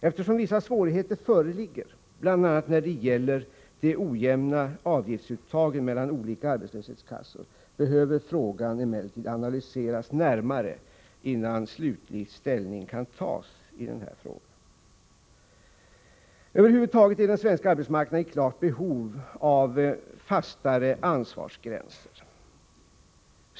Eftersom vissa svårigheter föreligger bl.a. när det gäller de ojämna avgiftsuttagen mellan olika arbetslöshetskassor, behöver frågan emellertid analyseras närmare innan slutlig ställning tas. Över huvud taget är den svenska arbetsmarknaden i klart behov av fastare ansvarsgränser.